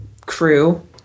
crew